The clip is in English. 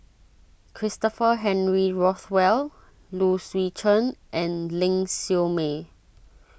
Christopher Henry Rothwell Low Swee Chen and Ling Siew May